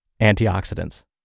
antioxidants